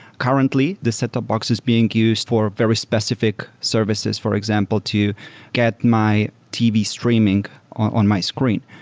currently, the set-top box is being used for very specific services, for example, to get my tv streaming on my screen.